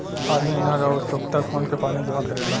आदमी इनार अउर सोख्ता खोन के पानी जमा करेला